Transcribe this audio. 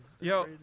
Yo